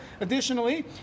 Additionally